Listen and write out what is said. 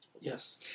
Yes